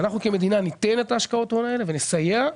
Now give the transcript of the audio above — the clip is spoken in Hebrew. אנחנו כמדינה ניתן את השקעות ההון האלה ונסייע,